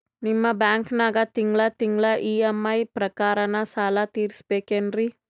ನಿಮ್ಮ ಬ್ಯಾಂಕನಾಗ ತಿಂಗಳ ತಿಂಗಳ ಇ.ಎಂ.ಐ ಪ್ರಕಾರನ ಸಾಲ ತೀರಿಸಬೇಕೆನ್ರೀ?